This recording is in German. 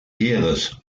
heeres